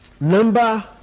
Number